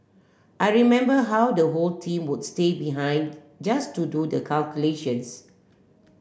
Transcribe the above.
I remember how the whole team would stay behind just to do the calculations